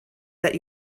that